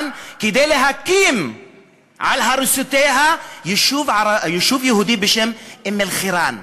כדי להקים על הריסותיו יישוב יהודי בשם אום-אלחיראן,